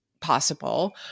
possible